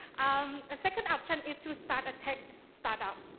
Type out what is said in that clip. um ah second option is to start a tech startup.